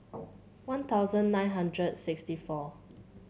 One Thousand nine hundred sixty four